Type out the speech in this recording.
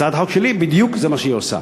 הצעת החוק שלי, בדיוק זה מה שהיא עושה.